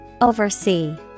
Oversee